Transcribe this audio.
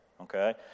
okay